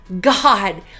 God